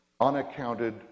Unaccounted